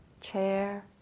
chair